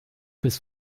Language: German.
bis